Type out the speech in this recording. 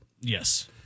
Yes